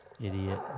Idiot